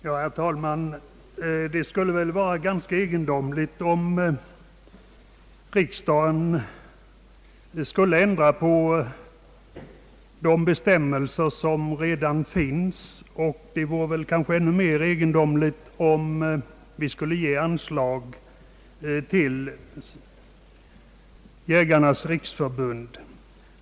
Herr talman! Det skulle väl vara ganska egendomligt om riksdagen nu skulle ändra de bestämmelser, som redan fipns, och det vore kanske ännu mer egendomligt om vi nu skulle ge anslag till Jägarnas riksförbund.